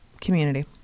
community